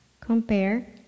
Compare